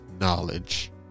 knowledge